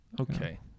Okay